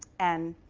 and